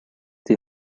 die